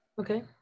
okay